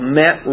met